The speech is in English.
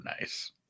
nice